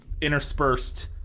interspersed